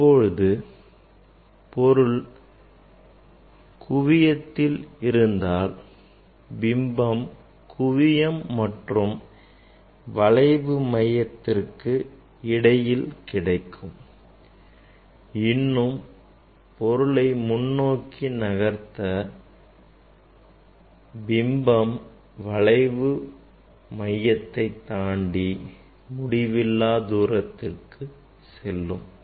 இப்பொழுது பொருள் குவியத்தில் இருந்தால் பிம்பம் குவியம் மற்றும் வளைவு மையத்திற்கு இடையில் கிடைக்கும் இன்னும் பொருளை முன்னோக்கி நகர்த்த பிம்பம் வளைவு மையத்தை தாண்டி முடிவில்லாத தூரத்திற்கு செல்லும்